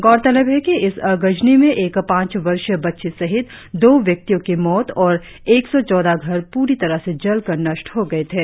गौरतलब है कि इस अगजनी में एक पांच वर्षीय बच्ची सहित दो व्यक्तियों की मौत और एक सौ चौदह घर पूरी तरह से जलकर नष्ट हो गए थे